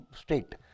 state